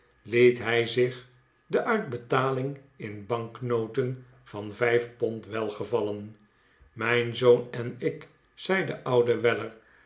ket hij zich de uitbetaling in banknoten van plckwlck ontvangt bezoek van den ouden weller vijf pond welgevallen mijn zoon en ik zei de oude weller